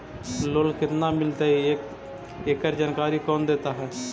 Loan केत्ना मिलतई एकड़ जानकारी कौन देता है?